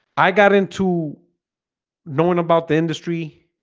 i got into knowing about the industry